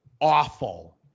awful